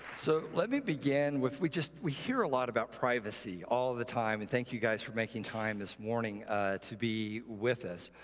so let me begin with we just we hear a lot about privacy all the time. and thank you, guys, for making time this morning to be with us.